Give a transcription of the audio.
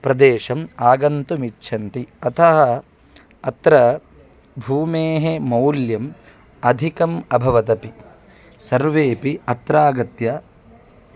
प्रदेशम् आगन्तुमिच्छन्ति अतः अत्र भूमेः मौल्यम् अधिकम् अभवदपि सर्वेपि अत्रागत्य